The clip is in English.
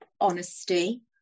honesty